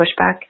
pushback